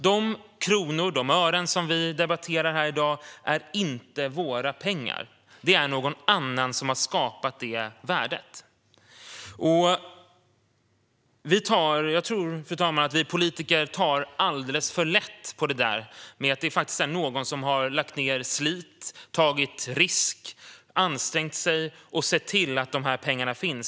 De kronor och ören som vi debatterar här i dag är inte våra pengar. Det är någon annan som har skapat det värdet. Jag tror, fru talman, att vi politiker tar alldeles för lätt på att det är någon som har lagt ned slit, tagit risker, ansträngt sig och sett till att pengarna finns.